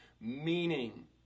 meaning